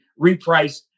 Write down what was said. repriced